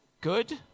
Good